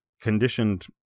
conditioned